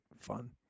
fun